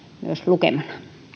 lukemana